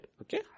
Okay